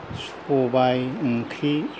सबाय ओंख्रि